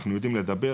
אנחנו יודעים לדבר,